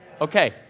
Okay